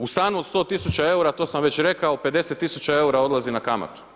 U stanu od 100 tisuća eura, to sam već rekao, 50 tisuća eura odlazi na kamatu.